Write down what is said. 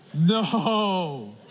No